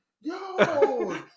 Yo